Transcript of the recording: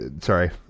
sorry